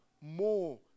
more